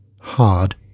hard